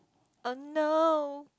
oh no